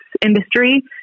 industry